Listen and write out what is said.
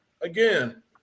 again